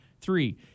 three